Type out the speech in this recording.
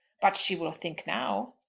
but she will think now.